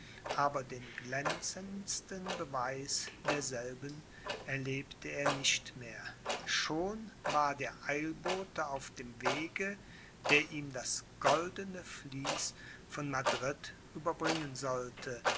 aber den glänzendsten beweis derselben erlebte er nicht mehr schon war der eilbote auf dem wege der ihm das goldene vließ von madrid überbringen sollte